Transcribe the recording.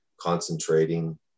concentrating